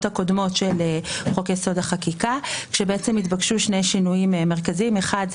הקודמות של חוק יסוד: החקיקה כאשר בעצם התבקשו שני שינויים מרכזיים: האחד,